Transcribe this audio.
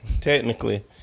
technically